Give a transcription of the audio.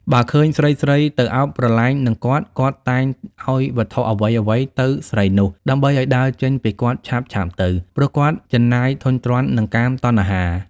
បើឃើញស្រីៗ ទៅឱបប្រឡែងនឹងគាត់ៗ តែងឲ្យវត្ថុអ្វីៗទៅស្រីនោះ ដើម្បីឲ្យដើរចេញពីគាត់ឆាប់ៗទៅ ព្រោះគាត់ជិនណាយធុញទ្រាន់នឹងកាមតណ្ហា ។